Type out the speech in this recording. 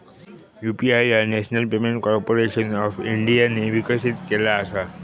UPI ह्या national payment corporation of इंडियाने विकसित केला असा